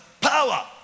power